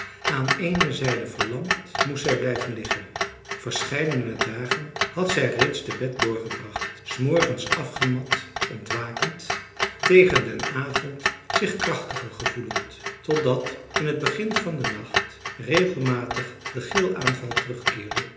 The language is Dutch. aan eene zijde verlamd moest zij blijven liggen verscheidene dagen had zij reeds te bed doorgebracht s morgens afgemat ontwakend tegen den avond zich krachtiger gevoelend totdat in het begin van den nacht regelmatig de gilaanval terugkeerde